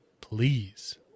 please